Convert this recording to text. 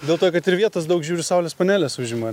dėl to kad ir vietos daug žiūriu saulės panelės užima